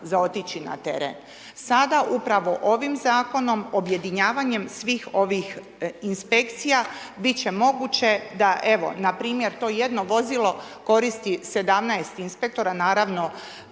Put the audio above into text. za otići na teren. Sada upravo ovim zakonom, objedinjavanjem svih ovih inspekcija, biti će moguće, da evo, npr. to jedno vozilo, koristi 17 inspektora, naravno,